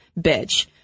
Bitch